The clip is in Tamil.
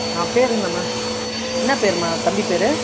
ஆ பேர் என்னம்மா என்ன பேர்ம்மா தம்பி பேர்